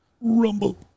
Rumble